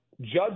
judge